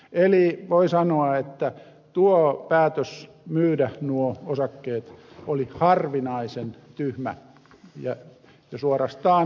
eli voi sanoa että tuo päätös myydä nuo osakkeet oli harvinaisen tyhmä ja suorastaan edesvastuuton